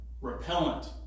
Repellent